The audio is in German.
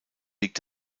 liegt